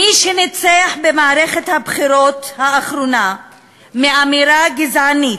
מי שניצח במערכת הבחירות האחרונה באמירה גזענית,